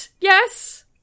Yes